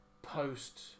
post